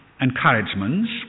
encouragements